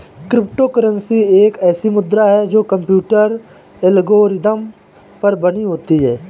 crypto currency एक ऐसी मुद्रा है जो कंप्यूटर एल्गोरिदम पर बनी होती है